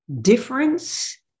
Difference